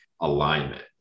alignment